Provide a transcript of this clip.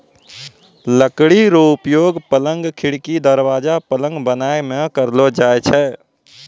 लकड़ी रो उपयोगक, पलंग, खिड़की, दरबाजा, पलंग बनाय मे करलो जाय छै